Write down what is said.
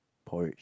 porridge